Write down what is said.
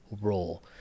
role